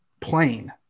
plain